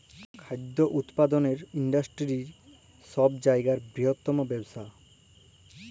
খাদ্য উৎপাদলের ইন্ডাস্টিরি ছব জায়গার বিরহত্তম ব্যবসা